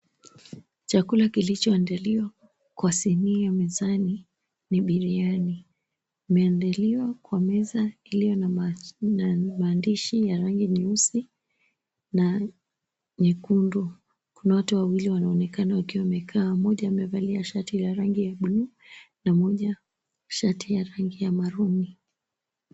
Chakula kilichoandaliwa kwa sinia mezani ni biriani. Imeandaliwa kwa meza iliyo na maandishi ya rangi nyeusi na nyekundu. Kuna watu wawili wanaonekana wakiwa wamekaa, moja amevalia shati ya rangi ya blue na moja shati ya rangi ya maroon .